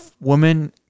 woman